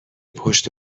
پشت